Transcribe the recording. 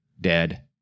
dead